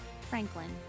franklin